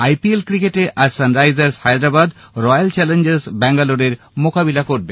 IPL cricket আজ Sunrisers Hyderabad Royal Challengers Bangalore মোকাবিলা করবে